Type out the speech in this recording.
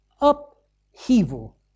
upheaval